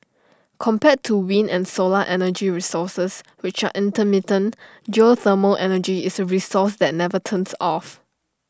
compared to wind and solar energy resources which are intermittent geothermal energy is A resource that never turns off